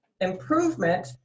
improvement